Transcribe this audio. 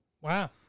Wow